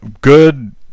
good